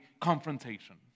confrontation